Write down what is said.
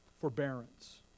forbearance